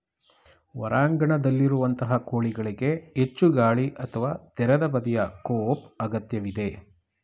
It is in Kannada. ಹೊರಾಂಗಣದಲ್ಲಿರುವಂತಹ ಕೋಳಿಗಳಿಗೆ ಹೆಚ್ಚು ಗಾಳಿ ಅಥವಾ ತೆರೆದ ಬದಿಯ ಕೋಪ್ ಅಗತ್ಯವಿದೆ